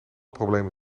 problemen